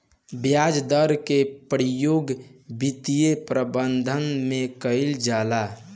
ब्याज दर के प्रयोग वित्तीय प्रबंधन में कईल जाला